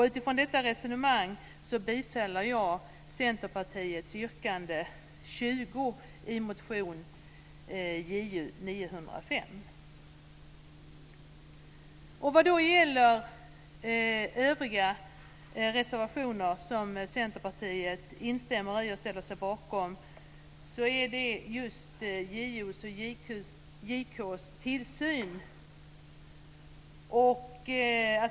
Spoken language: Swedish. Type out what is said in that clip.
Utifrån detta resonemang yrkar jag bifall till Centerpartiets yrkande 20 i motion Ju905. Centerpartiet ställer sig också bakom reservationen om JO:s och JK:s tillsyn.